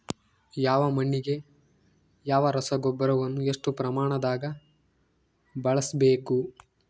ಯಾವ ಮಣ್ಣಿಗೆ ಯಾವ ರಸಗೊಬ್ಬರವನ್ನು ಎಷ್ಟು ಪ್ರಮಾಣದಾಗ ಬಳಸ್ಬೇಕು?